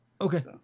okay